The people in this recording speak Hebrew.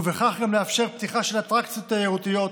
ובכך גם לאפשר פתיחה של אטרקציות תיירותיות,